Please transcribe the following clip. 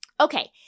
Okay